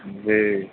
جی